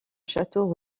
château